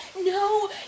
no